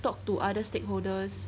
talk to other stakeholders